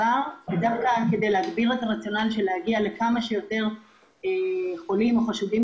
כדי להגיע לכמה שיותר חולים או חשודים